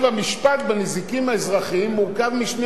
המשפט בנזיקין האזרחיים מורכב משני